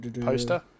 Poster